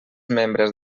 membres